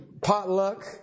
Potluck